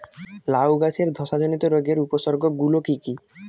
লাউ গাছের ধসা জনিত রোগের উপসর্গ গুলো কি কি?